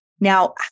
Now